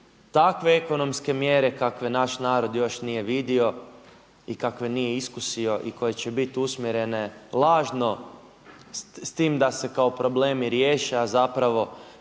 takve ekonomske mjere kakve naš narod još nije vidio i kakve nije iskusio i koje će bit usmjerene lažno s tim da se kao problemi riješe, a zapravo